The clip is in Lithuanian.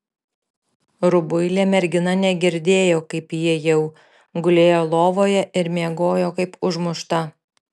rubuilė mergina negirdėjo kaip įėjau gulėjo lovoje ir miegojo kaip užmušta